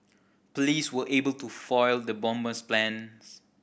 police were able to foil the bomber's plans